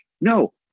no